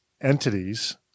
entities